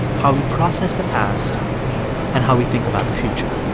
how we process the past and how we think about the future